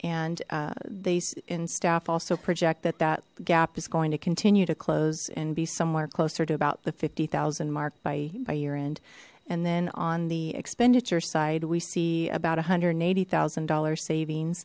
staff also project that that gap is going to continue to close and be somewhere closer to about the fifty thousand mark by by year end and then on the expenditure side we see about a hundred and eighty thousand dollar saving